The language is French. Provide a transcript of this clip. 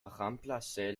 remplacé